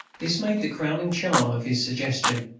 this made the crowning charm of his suggestion.